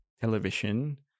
television